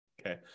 Okay